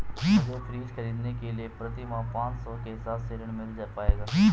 मुझे फ्रीज खरीदने के लिए प्रति माह पाँच सौ के हिसाब से ऋण मिल पाएगा?